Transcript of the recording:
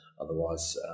Otherwise